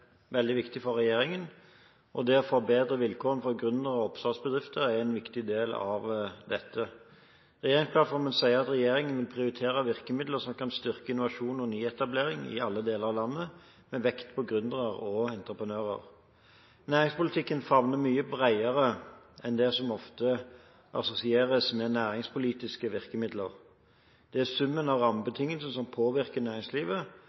veldig viktig for regjeringen, og det å forbedre vilkårene for gründere og oppstartsbedrifter er en viktig del av dette. Regjeringsplattformen sier at regjeringen vil prioritere virkemidler som kan styrke innovasjon og nyetablering i alle deler av landet, med vekt på gründere og entreprenører. Næringspolitikken favner mye bredere enn det som ofte assosieres med næringspolitiske virkemidler. Det er summen av rammebetingelsene som påvirker næringslivet